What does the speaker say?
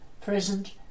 present